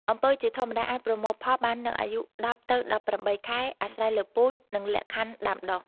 អំពៅជាធម្មតាអាចប្រមូលផលបាននៅអាយុ ១០ ទៅ ១៨ ខែ អាស្រ័យលើពូជ និងលក្ខខណ្ឌដាំដុះ។